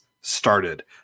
started